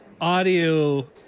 audio